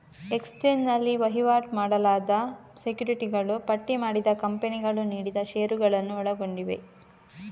exchange ನಲ್ಲಿ ವಹಿವಾಟು ಮಾಡಲಾದ ಸೆಕ್ಯುರಿಟಿಗಳು ಪಟ್ಟಿ ಮಾಡಿದ ಕಂಪನಿಗಳು ನೀಡಿದ ಷೇರುಗಳನ್ನು ಒಳಗೊಂಡಿವೆ